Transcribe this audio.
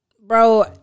bro